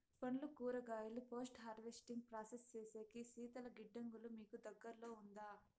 పండ్లు కూరగాయలు post harvesting process సేసేకి శీతల గిడ్డంగులు మీకు దగ్గర్లో ఉందా?